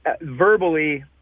verbally